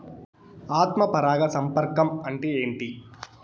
ఆత్మ పరాగ సంపర్కం అంటే ఏంటి?